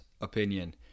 opinion